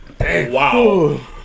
Wow